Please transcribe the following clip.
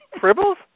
Fribbles